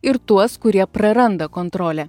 ir tuos kurie praranda kontrolę